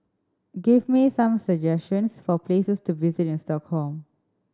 give me some suggestions for places to visit in Stockholm